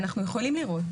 ואנחנו יכולים לראות